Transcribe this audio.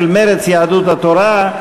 של מרצ ויהדות התורה.